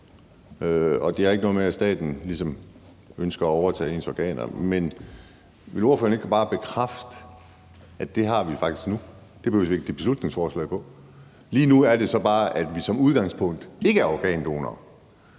det har ikke noget at gøre med, at staten ligesom ønsker at overtage ens organer. Men vil ordføreren ikke bare bekræfte, at det har vi faktisk nu, så det behøver vi ikke det her beslutningsforslag til? Lige nu er det så bare sådan, at vi som udgangspunkt ikke er organdonorer.